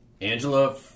Angela